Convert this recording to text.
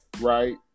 right